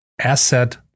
asset